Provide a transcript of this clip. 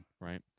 Right